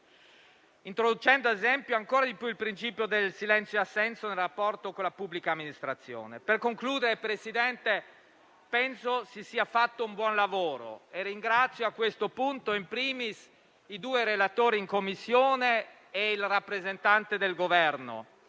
introducendo ad esempio ancora di più il principio del silenzio-assenso nel rapporto con la pubblica amministrazione. Signor Presidente, penso si sia fatto un buon lavoro e ringrazio a questo punto *in primis* i due relatori in Commissione e il rappresentante del Governo.